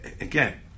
Again